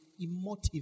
emotive